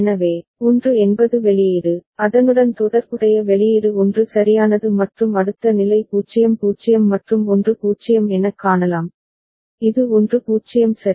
எனவே 1 என்பது வெளியீடு அதனுடன் தொடர்புடைய வெளியீடு 1 சரியானது மற்றும் அடுத்த நிலை 0 0 மற்றும் 1 0 எனக் காணலாம் இது 1 0 சரி